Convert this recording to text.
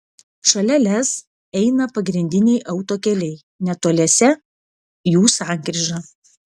šalia lez eina pagrindiniai autokeliai netoliese jų sankryža